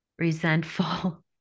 resentful